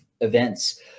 events